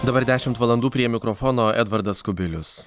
dabar dešimt valandų prie mikrofono edvardas kubilius